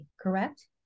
correct